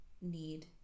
need